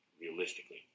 realistically